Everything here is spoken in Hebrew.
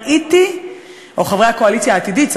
או חברי הקואליציה העתידית,